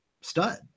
stud